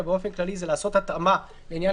אלא באופן כללי לעשות התאמה לעניין